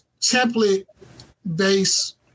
template-based